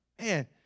man